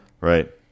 Right